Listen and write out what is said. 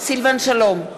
סילבן שלום,